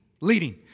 leading